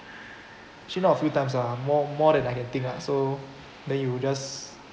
actually not a few times lah more more than I can think lah so then you just